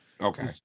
Okay